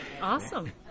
Awesome